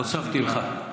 הוספתי לך.